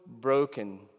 broken